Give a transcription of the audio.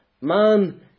Man